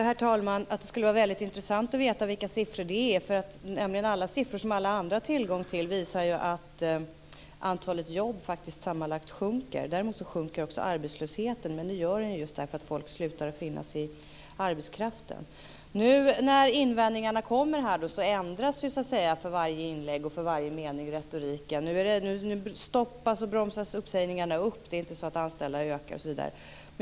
Herr talman! Jag tror att det skulle vara väldigt intressant att veta vilka siffror det är. De siffror som alla andra har tillgång till visar ju att antalet jobb sammanlagt faktiskt sjunker. Också arbetslösheten sjunker, men det gör den just för att människor slutar att finnas i arbetskraften. När invändningarna nu kommer ändras för varje inlägg och för varje mening retoriken. Nu stoppas och bromsas uppsägningarna upp. Det är inte så att antalet anställda ökar osv.